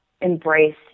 embrace